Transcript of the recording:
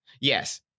Yes